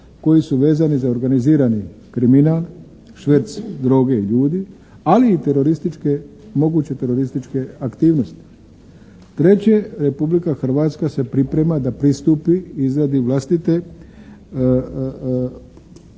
koji su vezani za organizirani kriminal, šverc droge i ljudi, ali i terorističke, moguće terorističke aktivnosti. Treće, Republika Hrvatska se priprema da pristupi izradi vlastite strategije,